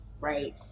right